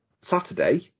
Saturday